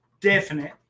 definite